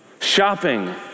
shopping